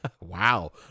Wow